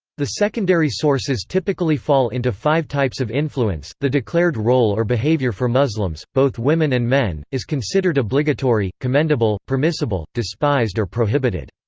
the secondary sources typically fall into five types of influence the declared role or behavior for muslims, both women and men, is considered obligatory, commendable, permissible, despised or prohibited.